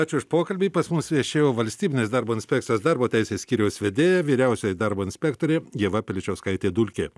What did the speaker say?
ačiū už pokalbį pas mus viešėjo valstybinės darbo inspekcijos darbo teisės skyriaus vedėja vyriausioji darbo inspektorė ieva piličiauskaitė dulkė